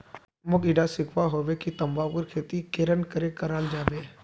मोक ईटा सीखवा हबे कि तंबाकूर खेती केरन करें कराल जाबे